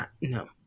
no